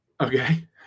Okay